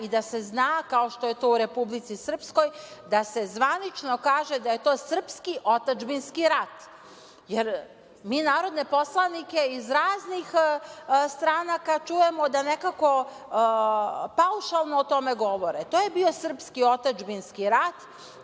i da se zna, kao što je to u Republici Srpskoj, da se zvanično kaže da je to srpski otadžbinski rat. Mi narodne poslanike iz raznih stranaka čujemo da nekako paušalno o tome govore. To je bio srpski otadžbinski rat